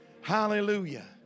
Hallelujah